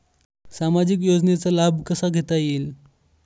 सामाजिक योजनेचा लाभ मला कसा घेता येईल?